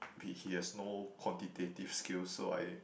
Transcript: he has no quantitative skills so I